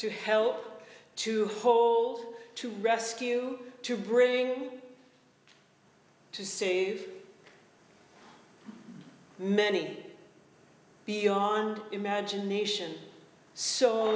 to help to hold to rescue to bring to save many beyond imagination so